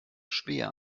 schwer